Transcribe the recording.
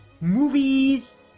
movies